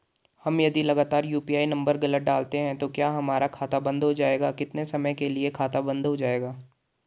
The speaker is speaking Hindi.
हम यदि लगातार यु.पी.आई नम्बर गलत डालते हैं तो क्या हमारा खाता बन्द हो जाएगा कितने समय के लिए खाता बन्द हो जाएगा?